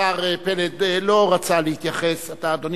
השר פלד לא רצה להתייחס לדברים שנאמרו,